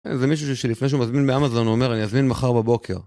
איזה מישהו שלפני שהוא מזמין באמאזון הוא אומר אני אזמין מחר בבוקר